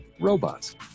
robots